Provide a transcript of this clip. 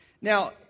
Now